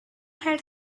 had